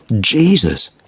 Jesus